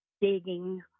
digging